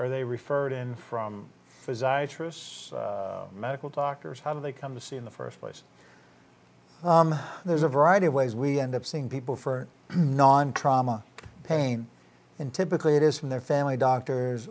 are they referred in from desire troops medical doctors how do they come to see in the first place there's a variety of ways we end up seeing people for non trauma pain and typically it is from their family doctors